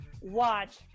watch